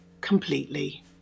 completely